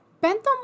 Bentham